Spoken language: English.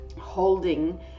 holding